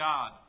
God